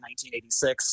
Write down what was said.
1986